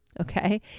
okay